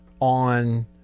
on